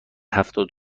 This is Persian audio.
هفتاد